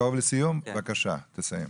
בבקשה, תסיים.